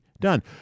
done